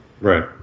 Right